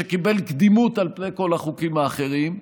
שקיבל קדימות על פני כל החוקים האחרים,